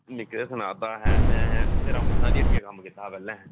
मिकी ते सना दा हा अहें मैं रामू शा दी हट्टिया कम्म कीता दा पैहलें